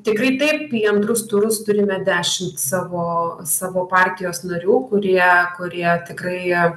tikrai taip į antrus turus turime dešimt savo savo partijos narių kurie kurie tikrai jie